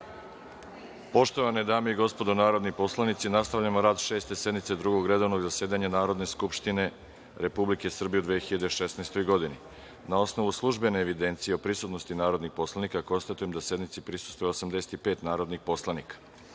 Poštovane dame i gospodo narodni poslanici, nastavljamo rad Šeste sednice Drugog redovnog zasedanja Narodne skupštine Republike Srbije u 2016. godini. Na osnovu službene evidencije o prisutnosti narodnih poslanika, konstatujem da sednici prisustvuje 85 narodnih poslanika. Radi